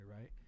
right